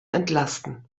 entlasten